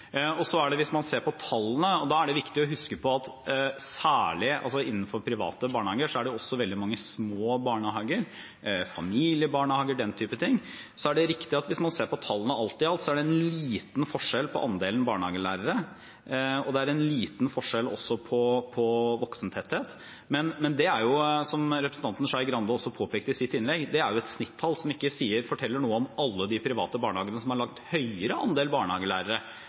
Så er det viktig å huske på, hvis man ser på tallene, at særlig innen private barnehager er det også veldig mange små barnehager – familiebarnehager, den type ting. Hvis man ser på tallene alt i alt, er det riktig at det er en liten forskjell på andelen barnehagelærere, og det er også en liten forskjell på voksentetthet. Men det er jo, som representanten Skei Grande også påpekte i sitt innlegg, et snittall som ikke forteller noe om alle de private barnehagene som har en langt høyere andel barnehagelærere